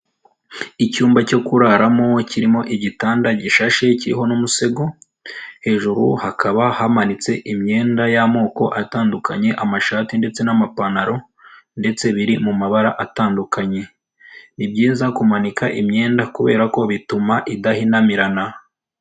Icyumba cyo kuraramo kirimo igitanda gishashe kiriho n'umusego, hejuru hakaba hamanitse imyenda y'amoko atandukanye, amashati ndetse n'amapantaro ndetse biri mu mabara atandukanye, nibyiza kumanika imyenda kubera ko bituma idahinamirana.